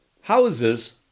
houses